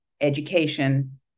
education